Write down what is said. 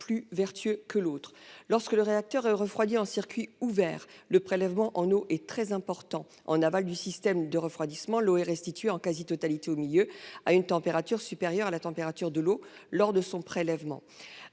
plus vertueux que l'autre. Lorsque le réacteur est refroidi en circuit ouvert, le prélèvement en eau est très important. En aval du système de refroidissement, l'eau est restituée pratiquement en totalité au milieu, à une température supérieure à la température de l'eau lors de son prélèvement.